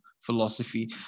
philosophy